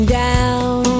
down